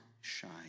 shine